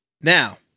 Now